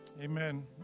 Amen